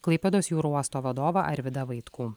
klaipėdos jūrų uosto vadovą arvydą vaitkų